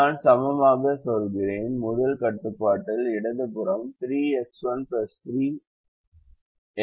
எனவே நான் சமமாகச் சொல்கிறேன் முதல் கட்டுப்பாட்டின் இடது புறம் 3X1 3X2 ஆகும்